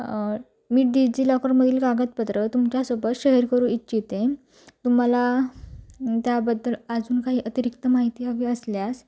मी डिजीलॉकरमधील कागदपत्रं तुमच्यासोबत शेअर करू इच्छिते तुम्हाला त्याबद्दल अजून काही अतिरिक्त माहिती हवी असल्यास